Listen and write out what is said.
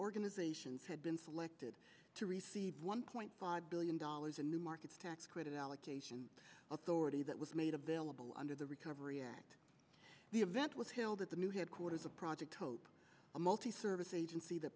organizations had been selected to receive one point five billion dollars in new markets tax credit allocation authority that was made available under the recovery act the event was held at the new headquarters of project hope a multi service agency that